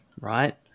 right